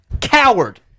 Coward